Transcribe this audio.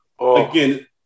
Again